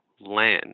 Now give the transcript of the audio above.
land